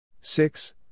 six